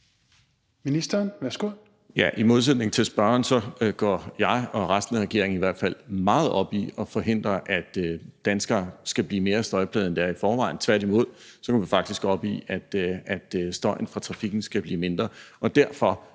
I modsætning til spørgeren går jeg og resten af regeringen i hvert fald meget op i at forhindre, at danskere skal blive mere støjplagede, end de er i forvejen. Tværtimod går vi faktisk op i, at støjen fra trafikken skal blive mindre.